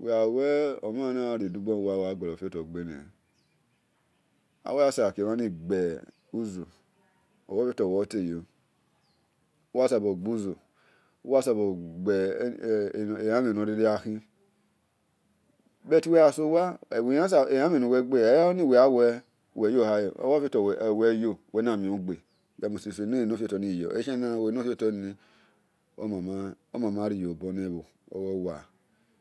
uwegha we omhagha riodugbu ona we oganyan gbofio to obho sabo gbuze ohi mofiotor uwe teyo but ilewe gha sowe elemhe nuwe gbe eyoni lewe gha so wa elambe nuwe gbe ohi ofiotor uwe yo uwe namion gbe uwe must i sue ni ofitor ariyo oleshie mhe nawe eniofiotoni omana riyobor nibho ogho wala.